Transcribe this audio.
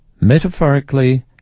Metaphorically